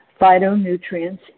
phytonutrients